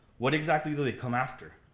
what exactly do they come after.